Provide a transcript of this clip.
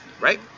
Right